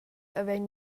havein